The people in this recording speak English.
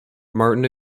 martin